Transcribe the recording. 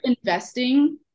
investing